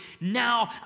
now